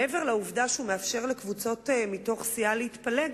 מעבר לעובדה שהוא מאפשר לקבוצות בתוך סיעה להתפלג,